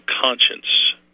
conscience